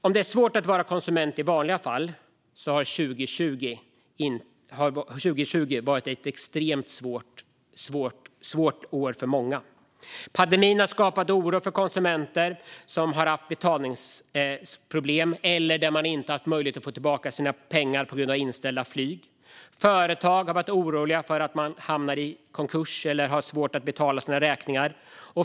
Om det är svårt att vara konsument i vanliga fall har 2020 varit ett extremt svårt år för många. Pandemin har skapat oro för konsumenter som har haft betalningsproblem eller som inte har haft möjlighet att få tillbaka sina pengar på grund av inställda flyg. Företag har varit oroliga för att de ska hamna i konkurs eller ha svårt att betala sina räkningar.